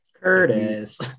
curtis